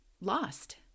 lost